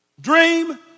Dream